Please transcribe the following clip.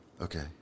Okay